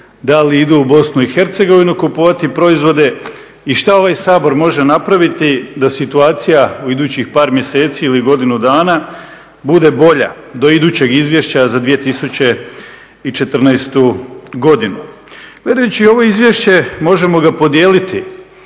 da li idu u BiH kupovati proizvode i što ovaj Sabor može napraviti da situacija u idućih par mjeseci ili godinu dana bude bolja do idućeg izvješća za 2014. godinu. Gledajući ovo izvješće možemo ga podijeliti